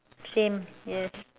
same yes